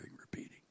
repeating